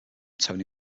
tony